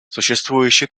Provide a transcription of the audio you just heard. существующие